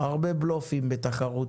הרבה בלופים בתחרות,